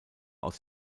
aus